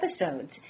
episodes